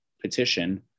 petition